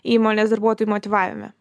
įmonės darbuotojų motyvavime